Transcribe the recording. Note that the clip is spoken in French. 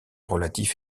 relatif